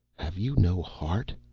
have you no heart?